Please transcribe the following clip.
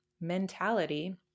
mentality